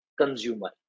consumer